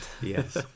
yes